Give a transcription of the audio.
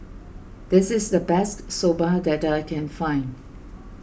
this is the best Soba that I can find